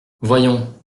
voyons